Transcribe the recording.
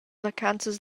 vacanzas